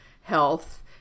health